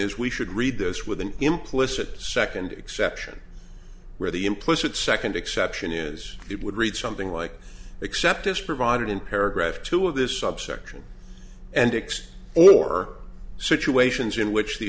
is we should read this with an implicit second exception where the implicit second exception is it would read something like except as provided in paragraph two of this subsection antics or situations in which the